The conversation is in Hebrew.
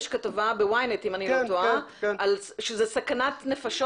יש כתבה ב-YNET אם אני לא טועה שזו סכנת נפשות